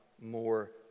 more